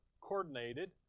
coordinated